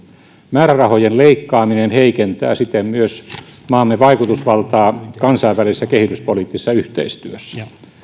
määrärahojen leikkaaminen heikentää siten myös maamme vaikutusvaltaa kansainvälisessä kehityspoliittisessa yhteistyössä